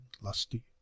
lusty